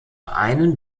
einen